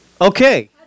Okay